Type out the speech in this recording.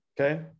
Okay